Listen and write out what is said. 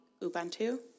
Ubuntu